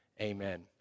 amen